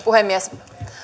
puhemies